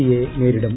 C യെ നേരിടും